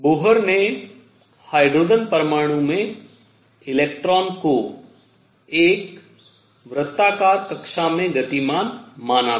Bohr ने hydrogen परमाणु में इलेक्ट्रॉन को एक वृत्ताकार कक्षा में गतिमान माना था